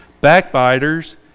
backbiters